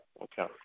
Okay